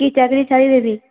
ଦୁଇ ଚାରିଦିନ ଛାଡ଼ିଦେବି